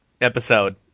episode